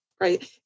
right